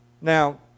Now